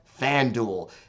FanDuel